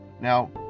now